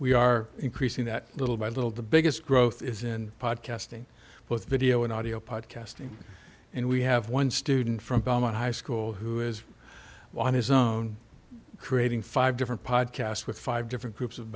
we are increasing that little by little the biggest growth is in podcasting both video and audio podcasting and we have one student from boma high school who is on his own creating five different podcast with five different groups